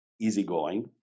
easygoing